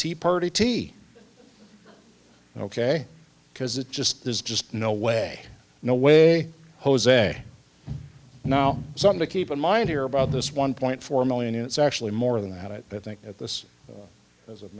tea party tea ok because it just there's just no way no way jose no son to keep in mind here about this one point four million it's actually more than that it i think at this as of